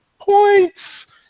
points